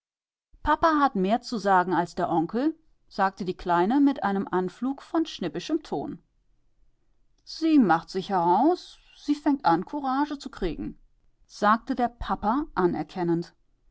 pappa hat mehr zu sagen als der onkel sagte die kleine mit einem anflug von schnippischem ton sie macht sich heraus sie fängt an courage zu kriegen sagte der pappa